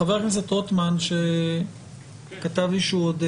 חבר הכנסת רוטמן כתב לי שהוא בדרכו,